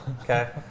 Okay